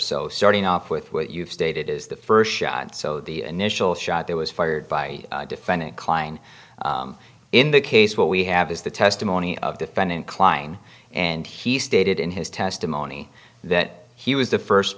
so starting off with what you've stated is the first shot so the initial shot there was fired by defending kline in the case what we have is the testimony of defendant kline and he stated in his testimony that he was the first